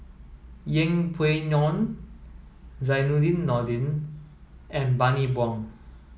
Yeng Pway Ngon Zainudin Nordin and Bani Buang